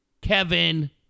kevin